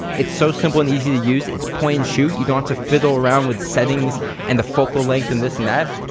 it's so simple and easy to use. it's point and shoot. you don't have to fiddle around with settings and the focal length and this and that.